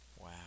Wow